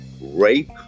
rape